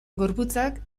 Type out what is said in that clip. gorputzak